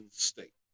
State